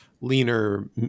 leaner